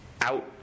out